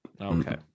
Okay